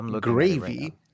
gravy